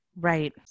Right